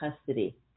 custody